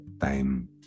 time